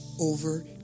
over